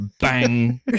Bang